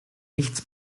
nichts